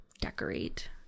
decorate